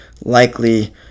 likely